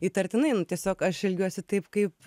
įtartinai nu tiesiog aš elgiuosi taip kaip